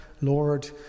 Lord